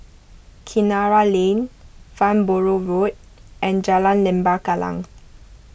Kinara Lane Farnborough Road and Jalan Lembah Kallang